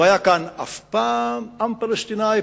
לא היה כאן אף פעם עם פלסטיני,